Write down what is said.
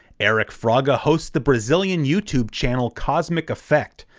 eric fraga hosts the brazilian youtube channel cosmic effect.